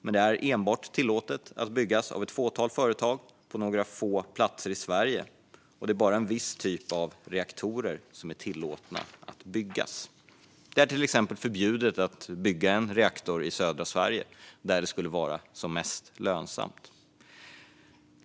Men det är enbart tillåtet för ett fåtal företag på några få platser i Sverige, och det är bara en viss typ av reaktorer som är tillåtna att byggas. Det är till exempel förbjudet att bygga en reaktor i södra Sverige där det skulle vara som mest lönsamt.